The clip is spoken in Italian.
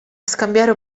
scambiare